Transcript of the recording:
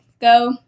go